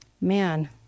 Man